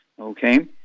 okay